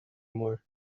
more